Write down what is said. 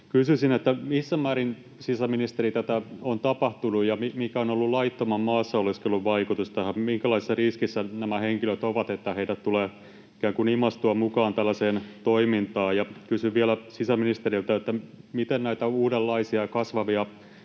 Kysyisin, missä määrin, sisäministeri, tätä on tapahtunut ja mikä on ollut laittoman maassa oleskelun vaikutus tähän. Minkälaisessa riskissä nämä henkilöt ovat, että heidät tulee ikään kuin imaistua mukaan tällaiseen toimintaan? Ja kysyn vielä sisäministeriltä, miten näitä uudenlaisia ja kasvavia